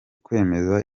kwemeza